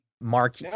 Mark